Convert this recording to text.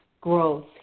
growth